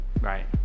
Right